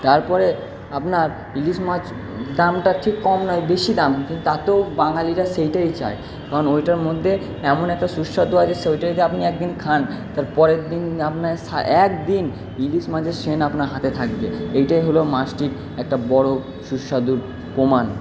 তারপরে আপনার ইলিশ মাছ দামটা ঠিক কম নয় বেশি দাম কিন্তু তাতেও বাঙালিরা সেইটাই চায় কারণ ওইটার মধ্যে এমন একটা সুস্বাদু আছে সে ওইটা যদি আপনি একদিন খান তারপরের দিন আপনার একদিন ইলিশ মাছের সেন্ট আপনার হাতে থাকবে এইটাই হল মাছটির একটা বড়ো সুস্বাদুর প্রমাণ